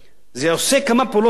זה עושה כמה פעולות ביחד.